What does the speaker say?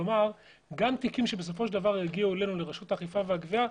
כלומר גם תיקים שבסופו של דבר יגיעו אלינו לרשות האכיפה והגבייה,